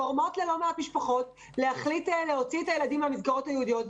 גורמות ללא מעט משפחות להחליט להוציא את הילדים מהמסגרות היהודיות,